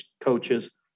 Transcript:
coaches